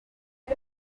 uze